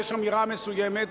ויש אמירה מסוימת,